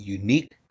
unique